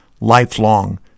lifelong